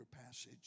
passage